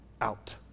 Out